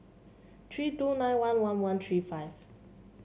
three two nine one one one three five